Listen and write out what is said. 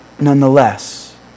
nonetheless